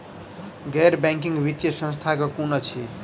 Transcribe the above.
गैर बैंकिंग वित्तीय संस्था केँ कुन अछि?